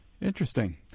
Interesting